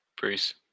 Bruce